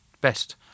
best